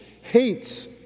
hates